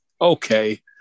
Okay